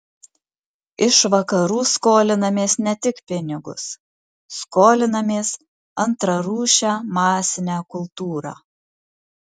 iš vakarų skolinamės ne tik pinigus skolinamės antrarūšę masinę kultūrą